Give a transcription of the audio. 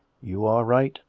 you are right.